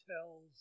tells